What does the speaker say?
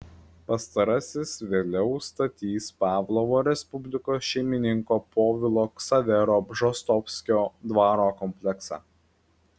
pastarasis vėliau statys pavlovo respublikos šeimininko povilo ksavero bžostovskio dvaro kompleksą